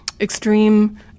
extreme